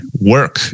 work